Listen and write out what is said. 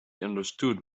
understood